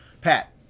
Pat